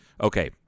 Okay